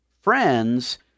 friends